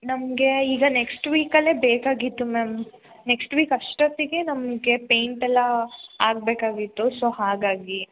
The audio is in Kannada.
ನಮಗೆ ಈಗ ನೆಕ್ಸ್ಟ್ ವೀಕಲ್ಲೇ ಬೇಕಾಗಿತ್ತು ಮ್ಯಾಮ್ ನೆಕ್ಷ್ಟ್ ವೀಕ್ ಅಷ್ಟೊತ್ತಿಗೆ ನಮಗೆ ಪೇಯಿಂಟೆಲ್ಲ ಆಗ್ಬೇಕಾಗಿತ್ತು ಸೊ ಹಾಗಾಗಿ